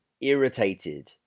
irritated